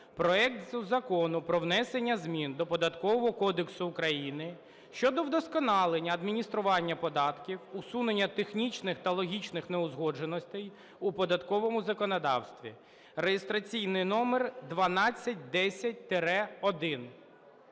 проекту Закону про внесення змін до Податкового кодексу України щодо вдосконалення адміністрування податків, усунення технічних та логічних неузгодженостей у податковому законодавстві (реєстраційний номер 1210-1).